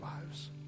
lives